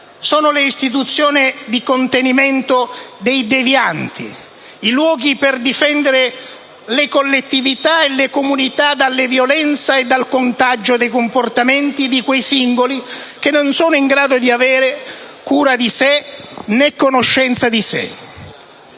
sono le istituzioni di contenimento dei devianti, i luoghi per difendere le collettività e le comunità dalla violenza e dal contagio dei comportamenti di quei simboli che non sono in grado di avere cura, né conoscenza di sé.